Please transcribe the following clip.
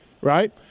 right